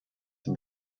from